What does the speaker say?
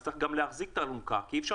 אז צריך גם להחזיק את האלונקה כי אי אפשר